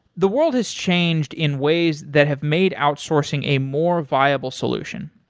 the world has changed in ways that have made outsourcing a more viable solution.